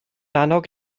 annog